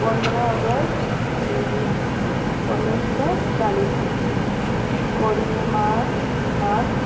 ପନ୍ଦର ଅଗଷ୍ଟ ଦୁଇ ଉଣେଇଶି ଶହ ଚାଳିଶ କୋଡ଼ିଏ ମା ମାର୍ଚ୍ଚ